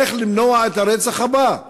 איך למנוע את הרצח הבא.